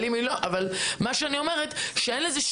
אבל אני אומרת שלאירוע הזה אין שום